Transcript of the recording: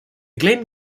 glenn